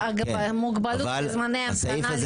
המוגבלות בזמני ההמתנה לניתוחים בשב"ן.